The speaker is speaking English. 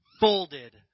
folded